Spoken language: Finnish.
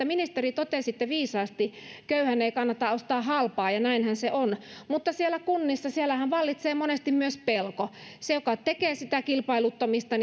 ministeri totesitte viisaasti köyhän ei kannata ostaa halpaa ja näinhän se on mutta siellä kunnissahan vallitsee monesti myös pelko se joka tekee sitä kilpailuttamista